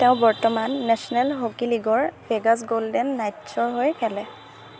তেওঁ বৰ্তমান national hockey লীগৰ ভেগাছ গ'ল্ডেন নাইট্ছৰ হৈ খেলে